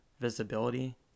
visibility